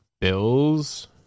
bills